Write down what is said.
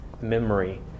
memory